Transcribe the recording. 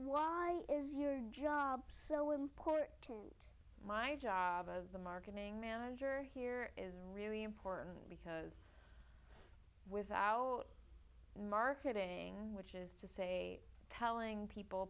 why is your job so important my job of the marketing manager here is really important because without marketing which is to say telling people